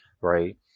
right